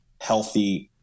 healthy